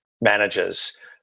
managers